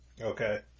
Okay